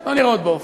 לא נראות באופק,